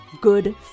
good